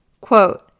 quote